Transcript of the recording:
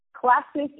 classic